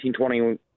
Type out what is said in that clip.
1920